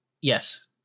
Yes